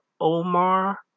Omar